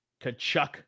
Kachuk